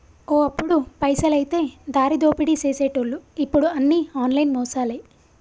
ఓ అప్పుడు పైసలైతే దారిదోపిడీ సేసెటోళ్లు ఇప్పుడు అన్ని ఆన్లైన్ మోసాలే